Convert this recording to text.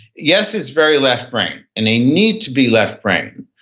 yes, it's very left brain, and they need to be left brain.